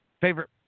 favorite